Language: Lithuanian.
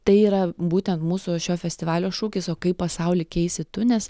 tai yra būtent mūsų šio festivalio šūkis o kaip pasaulį keisi tu nes